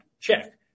Check